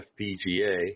FPGA